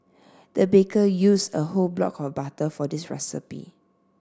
the baker used a whole block of butter for this recipe